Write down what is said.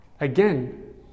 Again